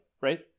right